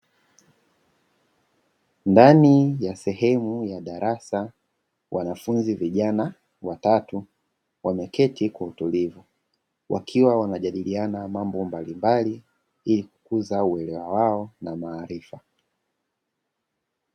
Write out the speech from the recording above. Ndani ya sehemu ya darasa wanafunzi vijana watatu wameketi kwa utulivu, wakiwa wanajadiliana mambo mbalimbali ilikukuza uelewa wao na maarifa.